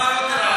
זו רעידת אדמה.